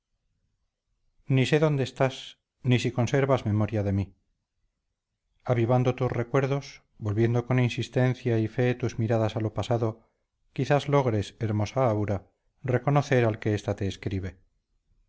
ni sé dónde estás ni si conservas memoria de mí avivando tus recuerdos volviendo con insistencia y fe tus miradas a lo pasado quizás logres hermosa aura reconocer al que esta te escribe